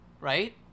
Right